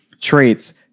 traits